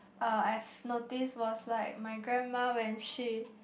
uh I've noticed was like my grandma when she